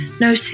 No